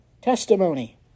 testimony